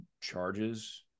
charges